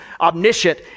omniscient